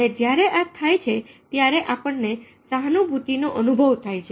અને જ્યારે આ થાય છે ત્યારે આપણને સહાનુભૂતિનો અનુભવ થાય છે